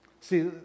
See